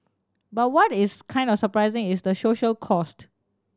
but what is kind of surprising is the social cost